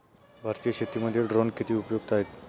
भारतीय शेतीमध्ये ड्रोन किती उपयुक्त आहेत?